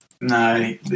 no